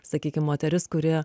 sakykim moteris kuri